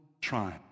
trying